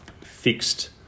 fixed